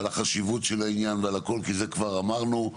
לא לדבר על חשיבות העניין, כי את זה כבר אמרנו.